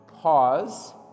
Pause